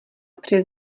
přes